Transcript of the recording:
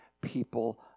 people